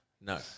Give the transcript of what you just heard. No